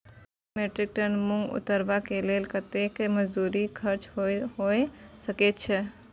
एक metric ton मूंग उतरबा के लेल कतेक मजदूरी खर्च होय सकेत छै?